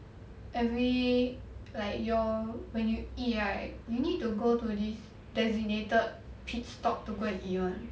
every like your when you eat right you need to go to these designated pitstop to go and eat [one]